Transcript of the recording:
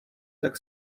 tak